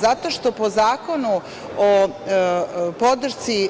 Zato što po Zakonu o podršci